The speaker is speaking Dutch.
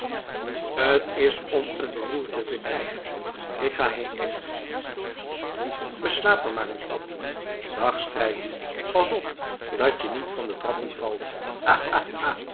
t is om een beroerte te krijgen ik ga heen beslaap je er maar eens op dag strijkkie pas op dat je niet van de trappen valt